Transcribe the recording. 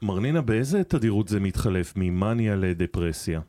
מרנינה באיזה תדירות זה מתחלף, ממניה לדפרסיה?